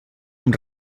amb